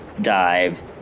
dive